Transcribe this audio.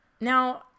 Now